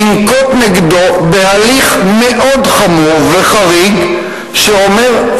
ינקוט נגדו הליך מאוד חמור וחריג שאומר: